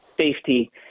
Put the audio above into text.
safety